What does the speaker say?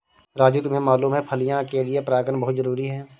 राजू तुम्हें मालूम है फलियां के लिए परागन बहुत जरूरी है